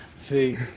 see